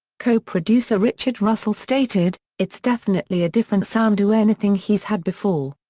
co-producer richard russell stated it's definitely a different sound to anything he's had before.